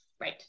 right